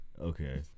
Okay